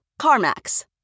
CarMax